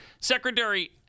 Secretary